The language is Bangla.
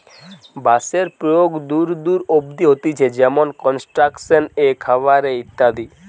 বাঁশের প্রয়োগ দূর দূর অব্দি হতিছে যেমনি কনস্ট্রাকশন এ, খাবার এ ইত্যাদি